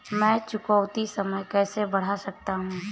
मैं चुकौती समय कैसे बढ़ा सकता हूं?